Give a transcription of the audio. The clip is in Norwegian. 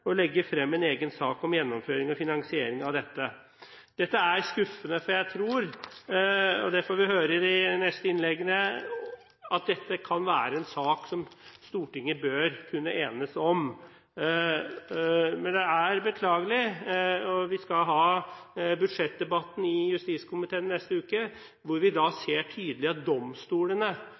og legge frem egen sak om gjennomføring og finansiering av dette.» Det er skuffende, for jeg tror – og det får vi høre i de neste innleggene – at dette er en sak som Stortinget bør kunne enes om. Det er beklagelig. Vi skal ha budsjettdebatt i justiskomiteen neste uke, og vi ser tydelig at domstolene